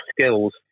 skills